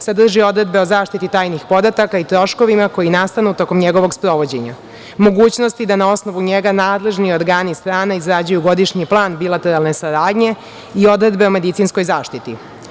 Sadrži odredbe o zaštiti tajnih podataka i troškovima koji nastanu tokom njegovog sprovođenja, mogućnosti da na osnovu njega nadležni organi strana izrađuju godišnji plan bilateralne saradnje i odredbe o medicinskoj zaštiti.